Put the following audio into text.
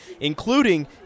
including